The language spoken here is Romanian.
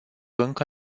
încă